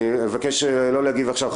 אני אבקש לא להגיב עכשיו.